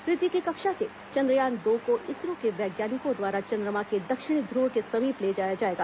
पृथ्वी की कक्षा से चंद्रयान दो को इसरो के वैज्ञानिकों द्वारा चंद्रमा के दक्षिणी ध्रव के समीप ले जाया जाएगा